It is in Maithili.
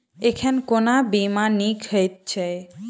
एखन कोना बीमा नीक हएत छै?